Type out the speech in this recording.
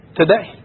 today